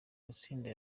matsinda